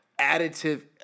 additive